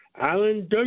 Alan